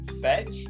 Fetch